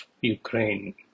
Ukraine